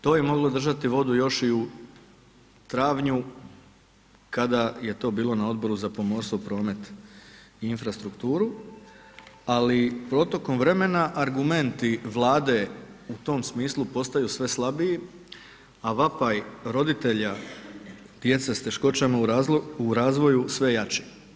To je moglo držati vodu još i u travnju kada je to bilo na Odboru za pomorstvo, promet i infrastrukturu ali protokom vremena argumenti Vlade u tom smislu postaju sve slabiji a vapaj roditelja djece sa teškoćama u razvoju je sve jači.